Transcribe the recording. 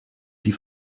die